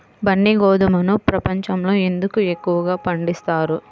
బన్సీ గోధుమను ప్రపంచంలో ఎందుకు ఎక్కువగా పండిస్తారు?